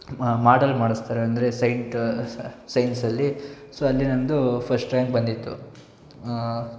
ಮಾಡಲ್ ಮಾಡಿಸ್ತಾರೆ ಅಂದರೆ ಸೈಂಟ್ ಸೈನ್ಸಲ್ಲಿ ಸೊ ಅಲ್ಲಿ ನನ್ನದೂ ಫಶ್ಟ್ ರ್ಯಾಂಕ್ ಬಂದಿತ್ತು ಹಾಂ